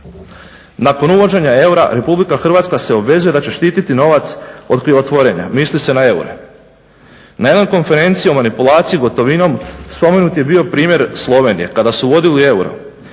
Nakon uvođenja eura RH se obvezuje da će štititi novac od krivotvorenja, misli se na eure. Na jednoj konferenciji o manipulaciji gotovinom spomenut je bio primjer Slovenije kada su uvodili euro